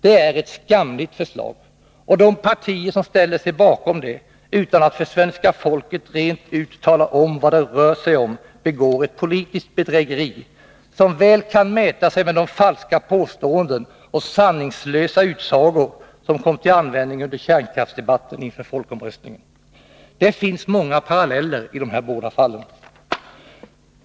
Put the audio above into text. Det är ett skamligt förslag, och de partier som ställer sig bakom det utan att för svenska folket rent ut tala om vad det rör sig om begår ett politiskt bedrägeri, som väl kan mäta sig med de falska påståenden och sanningslösa utsagor som kom till användning under kärnkraftsdebatten inför folkomröstningen. Det finns många paralleller i de här båda fallen.